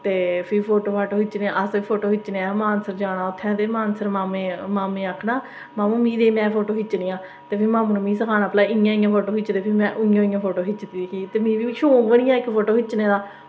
ते फिर फोटो खिच्चने असें फोटो खिच्चने ते मानसर जाना ते मानसर मामें ई आक्खना मामा मिगी लेइयै फोटो खिच्चने आ ते मामै गी सनाना इंया इंया फोटो खिच्चदे ते में इंया इंया फोटो खिच्चदी ही ते मिगी बी शौक होइया फोटो खिच्चने दा